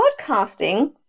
podcasting